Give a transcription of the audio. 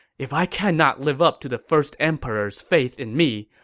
if i cannot live up to the first emperor's faith in me,